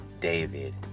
David